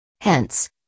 Hence